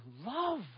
love